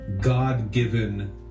God-given